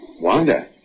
Wanda